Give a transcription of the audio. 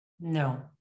No